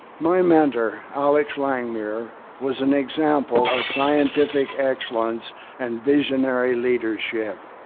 my mentor alex langmuir was an example of scientific excellence and visionary leadership.